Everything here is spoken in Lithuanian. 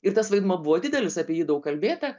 ir tas vaidmuo buvo didelis apie jį daug kalbėta